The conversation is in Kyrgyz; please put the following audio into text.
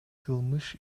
кылмыш